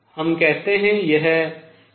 हम कहते हैं यह h28mL2 है